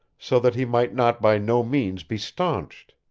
so that he might not by no means be staunched.